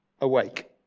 awake